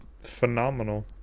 phenomenal